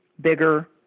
bigger